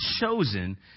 chosen